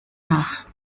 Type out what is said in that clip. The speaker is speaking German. nach